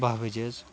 بہہ بجے حٕظ